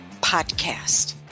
podcast